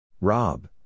Rob